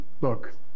look